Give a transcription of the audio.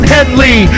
Henley